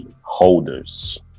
Holders